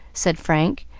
said frank,